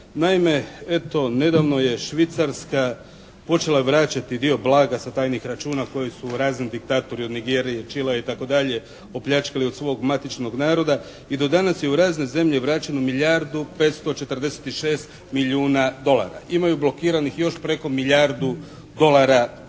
Naime, eto nedavno je Švicarska počela vraćati dio blaga sa tajnih računa koji su razni diktatori od Nigerije, Čilea itd. opljačkali od svog matičnog naroda i do danas je u razne zemlje vraćeno milijardu 546 milijuna dolara. Imaju blokiranih još preko milijardu dolara tih